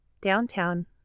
downtown